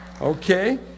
Okay